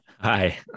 Hi